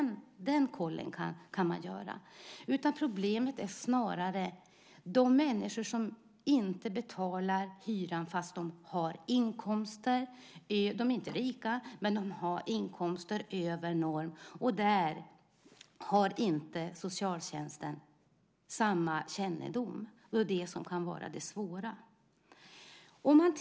Den kollen kan man göra. Problemet är snarare de människor som inte betalar hyran fastän de har inkomster, de är inte rika, men de har inkomster över normen. Där har inte socialtjänsten samma kännedom. Det är det som kan vara det svåra.